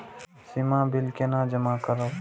सीमा bill केना जमा करब?